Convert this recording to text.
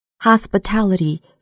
hospitality